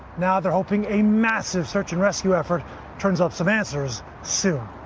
now they're hoping a massive search-and-rescue effort turns up some answers soon.